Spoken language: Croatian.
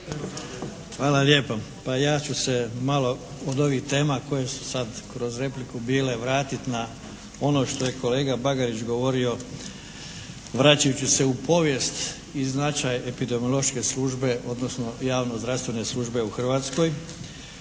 Hvala lijepo. Pa ja ću se malo od ovih tema koje su sada kroz repliku bile, vratiti na ono što je kolega Bagarić govorio, vraćajući se u povijest i značaj epidemiološke službe, odnosno javnozdravstvene službe u Hrvatskoj